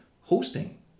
hosting